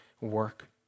work